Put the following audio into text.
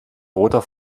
roter